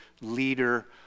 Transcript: leader